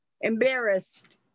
embarrassed